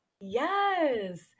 Yes